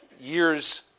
years